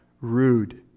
rude